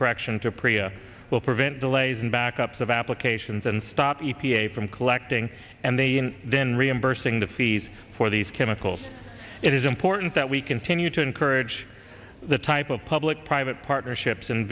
correction to preah will prevent delays and backups of applications and stop the p a from collecting and they then reimbursing the fees for these chemicals it is important that we continue to encourage the type of public private partnerships and